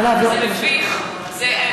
אפשר להעביר אותה, זה מביך.